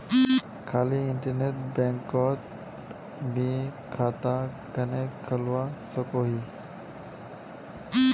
खाली इन्टरनेट बैंकोत मी खाता कन्हे खोलवा सकोही?